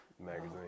magazine